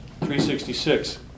366